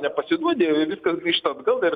nepasiduodi viskas grįžta atgal ir